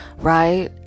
right